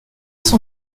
son